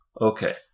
Okay